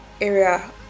area